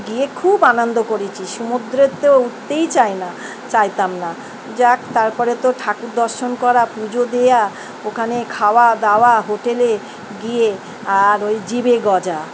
গিয়ে খুব আনন্দ করেছি সমুদ্রে তো উঠতেই চায় না চাইতাম না যাক তারপরে তো ঠাকুর দর্শন করা পুজো দেয়া ওখানে খাওয়া দাওয়া হোটেলে গিয়ে আর ওই জিভে গজা